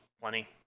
plenty